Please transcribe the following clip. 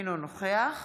אינו נוכח